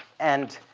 and